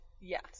Yes